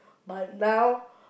but now